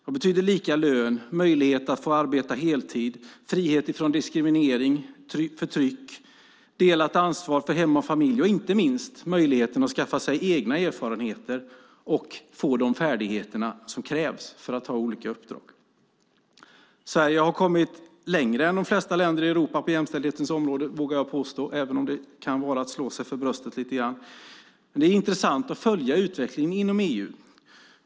Vad betyder lika lön, möjlighet att få arbeta heltid, frihet från diskriminering och förtryck, delat ansvar för hem och familj och möjligheten att skaffa sig egna erfarenheter och få de färdigheter som krävs för att ta olika uppdrag? Sverige har kommit längre än de flesta länder i Europa på jämställdhetens område. Det vågar jag påstå, även om det kan vara att slå sig för bröstet lite grann. Det är intressant att följa utvecklingen inom EU.